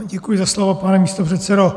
Děkuji za slovo, pane místopředsedo.